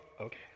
okay